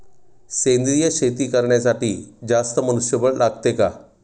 सेंद्रिय शेती करण्यासाठी जास्त मनुष्यबळ लागते का?